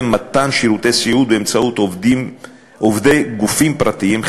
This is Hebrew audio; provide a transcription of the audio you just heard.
מתן שירותי סיעוד באמצעות עובדי גופים פרטיים,